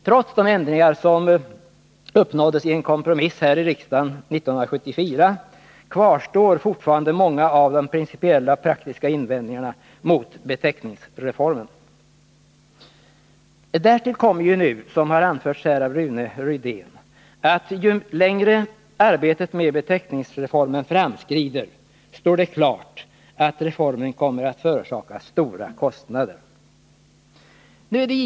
Trots de ändringar som uppnåddes i en kompromiss här i riksdagen 1974 kvarstår fortfarande många av de principiella och viktiga invändningarna mot beteckningsreformen. Därtill kommer nu, som har anförts av Rune Rydén. att ju längre arbetet med beteckningsreformen framskrider, desto mer står det klart att reformen kommer att förorsaka stora kostnader.